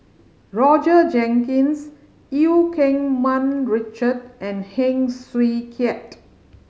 Roger Jenkins Eu Keng Mun Richard and Heng Swee Keat